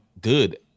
good